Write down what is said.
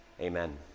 Amen